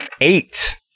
Eight